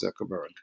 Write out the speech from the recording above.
zuckerberg